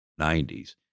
90s